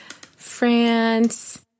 France